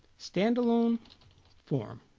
standalone form